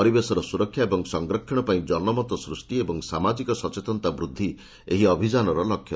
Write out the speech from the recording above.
ପରିବେଶର ସୁରକ୍ଷା ଓ ସଂରକ୍ଷଣ ପାଇଁ ଜନମତ ସୃଷ୍ଟି ଏବଂ ସାମାଜିକ ସଚେତନତା ବୃଦ୍ଧି ଏହି ଅଭିଯାନର ଲକ୍ଷ୍ୟ